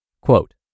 Quote